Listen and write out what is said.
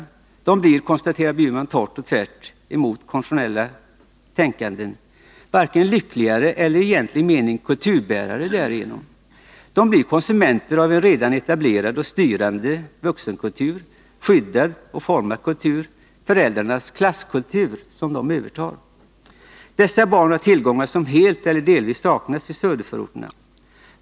Men de blir, konstaterar Bjurman torrt och tvärtemot konventionellt tänkande, varken ”lyckligare” eller i egentlig mening kulturbärare därigenom. De blir konsumenter av en redan etablerad och av styrande vuxna skyddad och formad kultur, föräldrarnas klasskultur, som de övertar. Dessa barn har tillgångar som helt eller delvis saknas i söderförorterna.